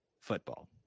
football